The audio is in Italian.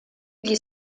gli